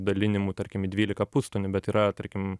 dalinimu tarkim į dvylika pustonių bet yra tarkim